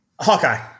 Hawkeye